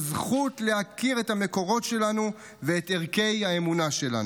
אלא זכות להכיר את המקורות שלנו ואת ערכי האמונה שלנו.